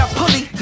pulley